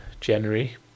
january